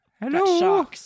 Hello